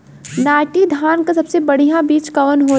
नाटी धान क सबसे बढ़िया बीज कवन होला?